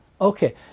Okay